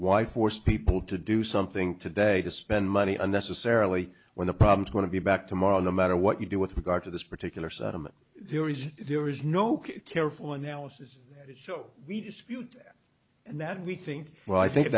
why force people to do something today to spend money unnecessarily when the problem's going to be back tomorrow no matter what you do with regard to this particular saddam there is there is no careful analysis to show we dispute and that we think well i think